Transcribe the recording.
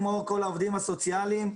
כמו כל העובדים הסוציאליים,